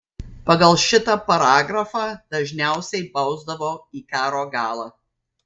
pagal šitą paragrafą dažniausiai bausdavo į karo galą